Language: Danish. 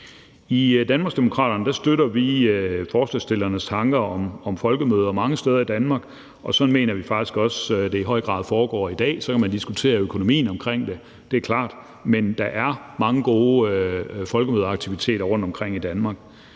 I Danmarksdemokraterne støtter vi forslagsstillernes tanker om, at der skal afholdes folkemøder mange steder i Danmark, og det mener vi faktisk også i høj grad foregår i dag. Så er det klart, at man kan diskutere økonomien omkring det, men der er mange gode folkemødeaktiviteter rundtomkring i Danmark.